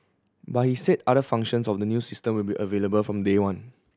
but he said other functions of the new system will be available from day one